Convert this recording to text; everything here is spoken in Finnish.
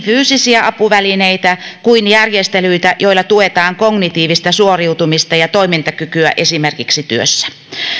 fyysisiä apuvälineitä kuin järjestelyitä joilla tuetaan kognitiivista suoriutumista ja toimintakykyä esimerkiksi työssä